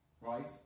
right